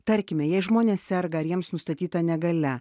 tarkime jei žmonės serga ar jiems nustatyta negalia